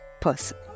person